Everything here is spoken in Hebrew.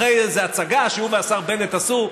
אחרי איזו הצגה שהוא והשר בנט עשו,